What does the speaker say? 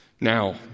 Now